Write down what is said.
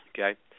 Okay